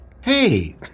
hey